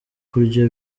kurya